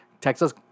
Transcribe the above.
Texas